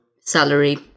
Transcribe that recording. salary